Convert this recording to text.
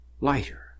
lighter